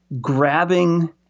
grabbing